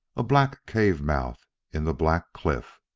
a black cave-mouth in the black cliff.